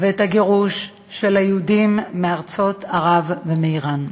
ואת הגירוש של היהודים מארצות ערב ומאיראן.